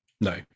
No